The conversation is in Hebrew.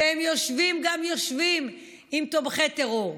והם יושבים גם יושבים עם תומכי טרור.